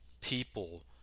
people